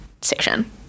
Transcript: section